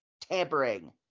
tampering